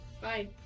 Bye